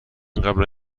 قبلا